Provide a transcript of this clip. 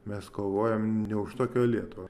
mes kovojom ne už tokią lietuvą